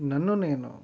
నన్ను నేను